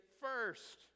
first